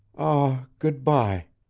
ah, good-by!